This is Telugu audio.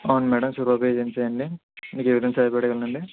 అవును మేడమ్ సూరి బాబు ఏజెన్సీ అండి మీకు ఏవిధంగా సహాయపడగలను అండి